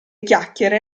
chiacchiere